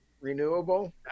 renewable